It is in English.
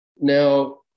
Now